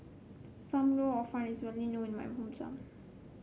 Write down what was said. Sam Lau Hor Fun is well known in my hometown